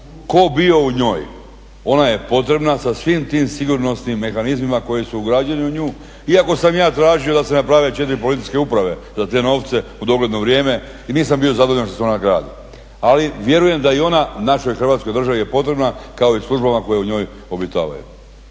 tko bio u njoj ona je potrebna sa svim tim sigurnosnim mehanizmima koji su ugrađeni u nju iako sam ja tražio da se naprave 4 policijske uprave za te novce u dogledno vrijeme i nisam bio zadovoljan što smo …, ali vjerujem da i ona našoj Hrvatskoj državi je potrebna kao i službama koje u njoj obitavaju.